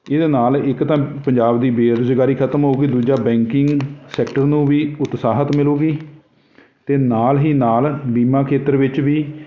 ਇਹਦੇ ਨਾਲ ਇੱਕ ਤਾਂ ਪੰਜਾਬ ਦੀ ਬੇਰੁਜ਼ਗਾਰੀ ਖਤਮ ਹੋਊਗੀ ਦੂਜਾ ਬੈਂਕਿੰਗ ਸੈਕਟਰ ਨੂੰ ਵੀ ਉਤਸਾਹਿਤ ਮਿਲੂਗੀ ਅਤੇ ਨਾਲ ਹੀ ਨਾਲ ਬੀਮਾ ਖੇਤਰ ਵਿੱਚ ਵੀ